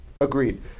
agreed